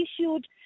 issued